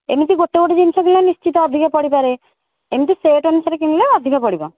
ଏମିତି ଗୋଟେ ଗୋଟେ ଜିନିଷ କିଣିଲେ ନିଶ୍ଚିତ ଅଧିକା ପଡ଼ିପାରେ ଏମିତି ସେଟ୍ ଅନୁସାରେ କିଣିଲେ ଅଧିକ ପଡ଼ିବ